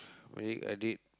medic I did